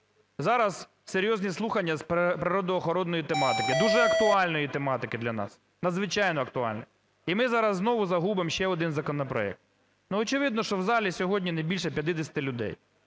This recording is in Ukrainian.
Зараз серйозні слухання з природоохоронної тематики, дуже актуальної тематики для нас, надзвичайно актуальної. І ми зараз знову загубимо ще один законопроект. Ну очевидно, що в залі сьогодні не більше 50 людей.